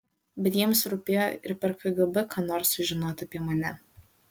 bet jiems rūpėjo ir per kgb ką nors sužinot apie mane